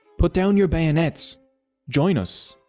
put down your bayonets join us!